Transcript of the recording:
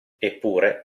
eppure